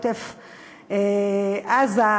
עוטף-עזה,